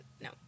no